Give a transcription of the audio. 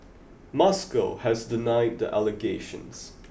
Moscow has denied the allegations